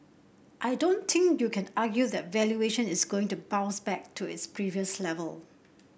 I don't think you can argue that valuation is going to bounce back to its previous level